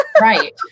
right